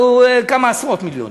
הוא כמה עשרות מיליונים.